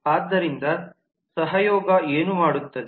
ಆದ್ದರಿಂದ ಸಹಯೋಗ ಏನು ಮಾಡುತ್ತದೆ